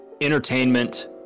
entertainment